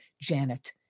Janet